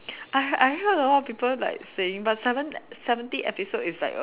I I heard all people like saying but seven seventy episode is like